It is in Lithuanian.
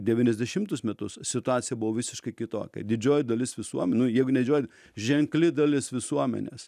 devyniasdešimtus metus situacija buvo visiškai kitokia didžioji dalis visuomenės nu jeigu ne didžioji ženkli dalis visuomenės